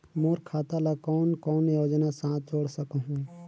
मोर खाता ला कौन कौन योजना साथ जोड़ सकहुं?